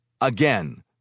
Again